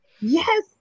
Yes